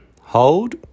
hold